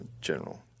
general